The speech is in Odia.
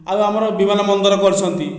ଆଉ ଆମର ବିମାନବନ୍ଦର କରିଛନ୍ତି